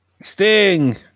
Sting